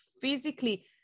physically